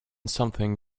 something